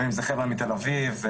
בין אם זה חבר'ה מתל אביב,